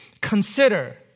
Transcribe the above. Consider